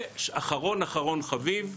ואחרון אחרון חביב,